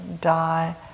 die